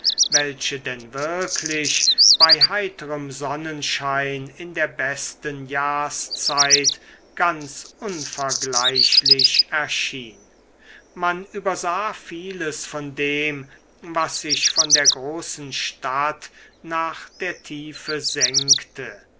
welche denn wirklich bei heiterem sonnenschein in der besten jahrszeit ganz unvergleichlich erschien man übersah vieles von dem was sich von der großen stadt nach der tiefe senkte